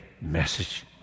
message